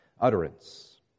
utterance